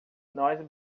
nós